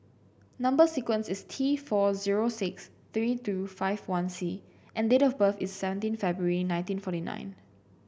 number sequence is T four zero six three two five one C and date of birth is seventeen February nineteen forty nine